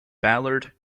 ballard